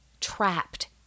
trapped